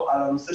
להגיד,